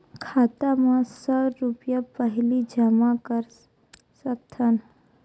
खाता मा सौ रुपिया पहिली जमा कर सकथन?